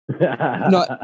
no